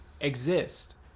exist